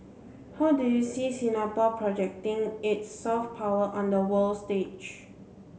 how do you see Singapore projecting its soft power on the world stage